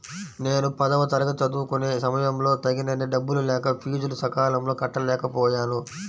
నేను పదవ తరగతి చదువుకునే సమయంలో తగినన్ని డబ్బులు లేక ఫీజులు సకాలంలో కట్టలేకపోయాను